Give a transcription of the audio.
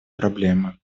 проблемы